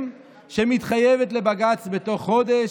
שמתחייבת לבג"ץ להשלים בתוך חודש,